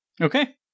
Okay